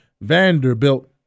Vanderbilt